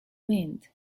wind